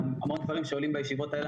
כמו בדברים שעולים בישיבות האלה,